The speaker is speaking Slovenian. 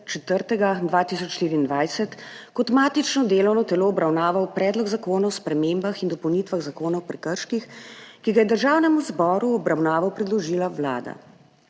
4. 2024 kot matično delovno telo obravnaval Predlog zakona o spremembah in dopolnitvah Zakona o prekrških, ki ga je Državnemu zboru v obravnavo predložila Vlada.